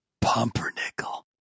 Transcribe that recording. pumpernickel